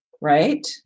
Right